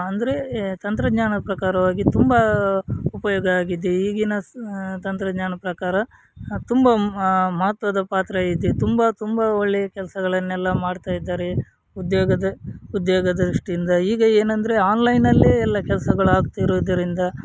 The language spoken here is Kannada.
ಅಂದರೆ ತಂತ್ರಜ್ಞಾನದ ಪ್ರಕಾರವಾಗಿ ತುಂಬ ಉಪಯೋಗ ಆಗಿದೆ ಈಗಿನ ಸ್ ತಂತ್ರಜ್ಞಾನದ ಪ್ರಕಾರ ತುಂಬ ಮಹತ್ವದ ಪಾತ್ರ ಇದೆ ತುಂಬ ತುಂಬ ಒಳ್ಳೆಯ ಕೆಲಸಗಳನ್ನೆಲ್ಲ ಮಾಡ್ತಾ ಇದ್ದಾರೆ ಉದ್ಯೋಗದ ಉದ್ಯೋಗ ದೃಷ್ಟಿಯಿಂದ ಈಗ ಏನಂದರೆ ಆನ್ಲೈನಲ್ಲೇ ಎಲ್ಲ ಕೆಲಸಗಳಾಗ್ತಿರುವುದರಿಂದ